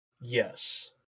Yes